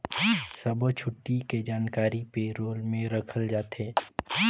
सब्बो छुट्टी के जानकारी पे रोल में रखल जाथे